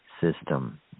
system